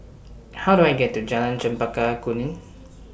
How Do I get to Jalan Chempaka Kuning